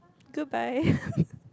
goodbye